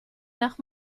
nach